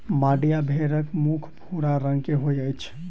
मांड्या भेड़क मुख भूरा रंग के होइत अछि